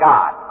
God